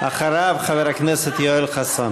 אחריו, חבר הכנסת יואל חסון.